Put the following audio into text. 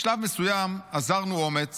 בשלב מסוים אזרנו אומץ